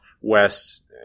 west